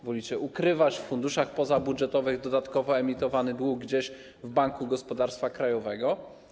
Wolicie ukrywać w funduszach pozabudżetowych dodatkowo emitowany dług gdzieś w Banku Gospodarstwa Krajowego.